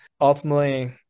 ultimately